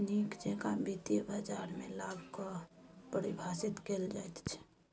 नीक जेकां वित्तीय बाजारमे लाभ कऽ परिभाषित कैल जाइत छै